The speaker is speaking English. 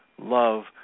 love